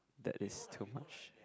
that is too much